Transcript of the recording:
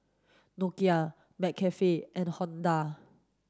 Nokia McCafe and Honda